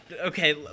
okay